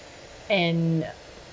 and